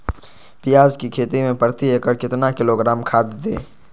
प्याज की खेती में प्रति एकड़ कितना किलोग्राम खाद दे?